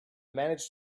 managed